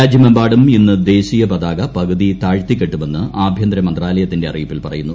രാജ്യമെമ്പാടും ഇന്ന് ദേശീയപതാക പകുതി താഴ്ത്തിക്കെട്ടുമെന്ന് ആഭ്യന്തര മന്ത്രാലയത്തിന്റെ അറിയിപ്പിൽ പറയുന്നു